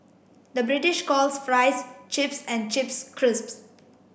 the British calls fries chips and chips crisps